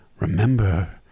Remember